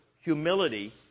humility